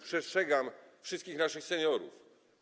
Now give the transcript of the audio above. Przestrzegam wszystkich naszych seniorów.